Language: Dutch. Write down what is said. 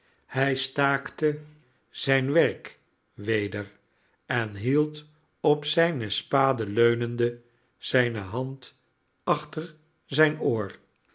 hij staakte zijn werk weder en hield op zijne spade leunende zijne hand achter zijn oor